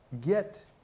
get